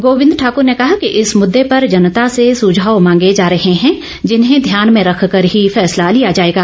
गोविंद ठाकुर ने कहा कि इस मुददे पर जनता से सुझाव मांगे जा रहे हैं जिन्हें ध्यान में रखकर ही फैसला लिया जाएगा